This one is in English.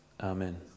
Amen